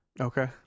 okay